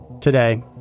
Today